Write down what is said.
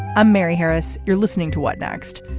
i'm mary harris. you're listening to what next.